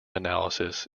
analysis